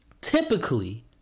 typically